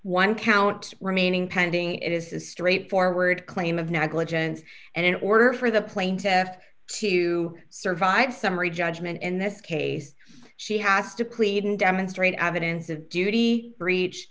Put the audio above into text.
one count remaining pending it is a straightforward claim of negligence and in order for the plane to have to survive summary judgment in this case she has to clean demonstrate evidence of duty breech